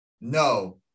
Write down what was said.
No